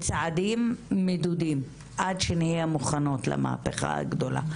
צעדים מדודים עד שנהיה מוכנות למהפכה הגדולה.